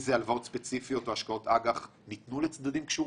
איזה הלוואות ספציפיות והשקעות אג"ח ניתנו לצדדים קשורים?